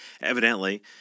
Evidently